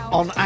on